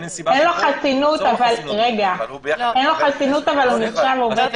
אין לו חסינות אבל הוא נחשב עובד חיוני.